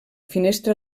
finestra